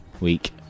week